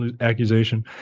accusation